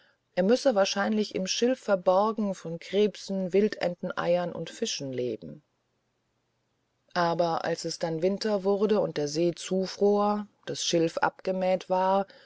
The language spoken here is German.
er müsse wahrscheinlich im schilf verborgen von krebsen wildenteneiern und fischen leben aber als es dann winter wurde der see zufror das schilf abgemäht war